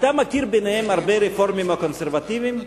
אתה מכיר ביניהם הרבה רפורמים או קונסרבטיבים?